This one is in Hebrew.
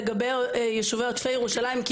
לגבי יישובי עוטף ירושלים.